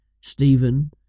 Stephen